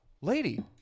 Lady